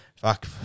Fuck